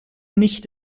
nicht